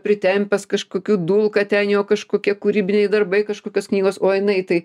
pritempęs kažkokių dulka ten jo kažkokie kūrybiniai darbai kažkokios knygos o jinai tai